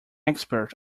expert